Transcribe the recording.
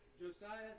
Josiah